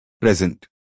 present